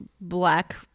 black